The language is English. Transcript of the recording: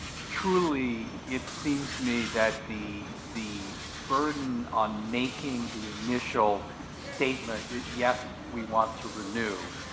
truly it seems to me that the the burden on making the initial statement, yes, we want to renew,